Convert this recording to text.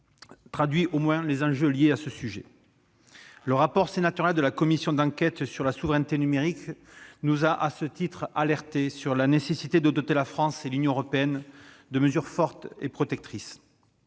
traduit au moins les enjeux liés à ce sujet. Le rapport sénatorial de la commission d'enquête sur la souveraineté numérique nous a alertés sur la nécessité de doter la France et l'Union européenne de mesures fortes et protectrices.